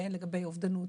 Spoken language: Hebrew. הן לגבי אובדות,